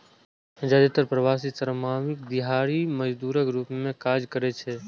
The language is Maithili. जादेतर प्रवासी श्रमिक दिहाड़ी मजदूरक रूप मे काज करै छै